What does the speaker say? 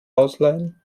ausleihen